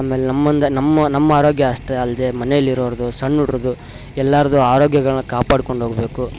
ಆಮೇಲೆ ನಮ್ಮುಂದೆ ನಮ್ಮ ನಮ್ಮ ಆರೋಗ್ಯ ಅಷ್ಟೆ ಅಲ್ಲದೆ ಮನೆಲಿ ಇರೋರದ್ದು ಸಣ್ಣ ಹುಡ್ರುದ್ದು ಎಲ್ಲಾರದ್ದು ಆರೋಗ್ಯಗಳನ್ನ ಕಾಪಾಡ್ಕೊಂಡು ಹೋಗಬೇಕು